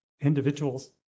individuals